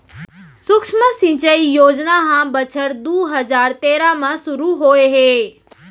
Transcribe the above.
सुक्ष्म सिंचई योजना ह बछर दू हजार तेरा म सुरू होए हे